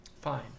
Fine